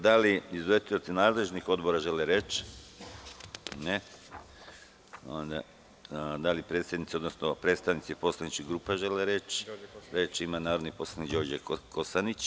Da li izvestioci nadležnih odbora žele reč? (Ne) Da li predsednici, odnosno predstavnici poslaničkih grupa žele reč? (Da.) Reč ima narodni poslanik Đorđe Kosanić.